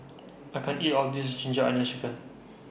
I can't eat All of This Ginger Onions Chicken